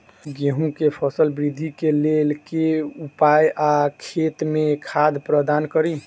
गेंहूँ केँ फसल वृद्धि केँ लेल केँ उपाय आ खेत मे खाद प्रदान कड़ी?